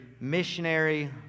missionary